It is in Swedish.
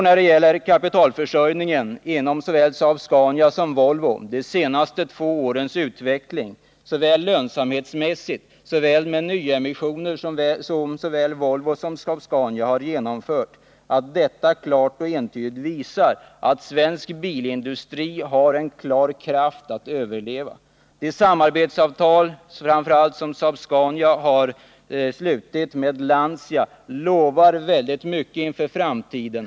När det gäller kapitalförsörjning och lönsamhet tror jag att utvecklingen inom Saab-Scania och Volvo under de två senaste åren — då båda företagen genomfört nyemissioner — klart och entydigt visar att svensk bilindustri har kraft att överleva. Framför allt det samarbetsavtal som Saab-Scania har slutit med Lancia lovar mycket inför framtiden.